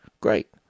Great